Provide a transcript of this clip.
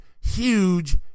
huge